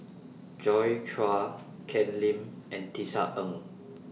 Joi Chua Ken Lim and Tisa Ng